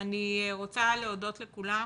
אני רוצה להודות לכולם